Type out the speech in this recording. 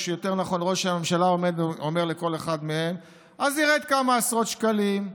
או יותר נכון ראש הממשלה אומר לכל אחד מהם: אז ירדו כמה עשרות שקלים,